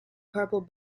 carpal